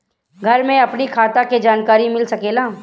घर से अपनी खाता के जानकारी मिल सकेला?